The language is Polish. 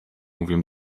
mówią